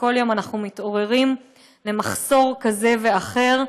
וכל יום אנחנו מתעוררים למחסור כזה או אחר,